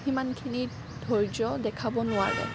সিমানখিনি ধৈৰ্য দেখাব নোৱাৰে